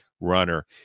runner